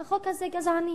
החוק הזה גזעני.